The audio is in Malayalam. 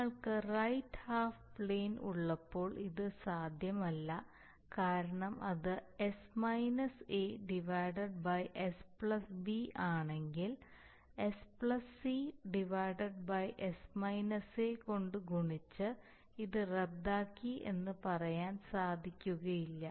നിങ്ങൾക്ക്റൈറ്റ് ഹാഫ് പ്ലെയിൻ ഉള്ളപ്പോൾ ഇത് സാധ്യമല്ല കാരണം അത് s b ആണെങ്കിൽ s c കൊണ്ട് ഗുണിച്ച് ഇത് റദ്ദാക്കി എന്ന് പറയാൻ സാധിക്കുകയില്ല